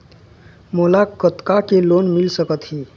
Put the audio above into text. मोला कतका के लोन मिल सकत हे?